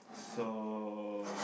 so